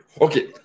Okay